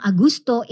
Agusto